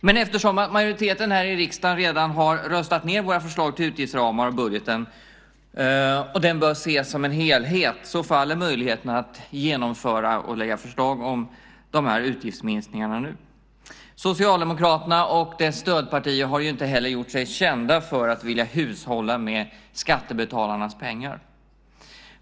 Men eftersom majoriteten här i riksdagen redan har röstat ned våra förslag till utgiftsramar i budgeten, och att denna bör ses som en helhet, faller möjligheterna att genomföra och lägga fram förslag om de här utgiftsminskningarna nu. Socialdemokraterna och dess stödpartier har ju inte heller gjort sig kända för att vilja hushålla med skattebetalarnas pengar.